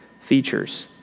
features